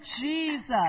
Jesus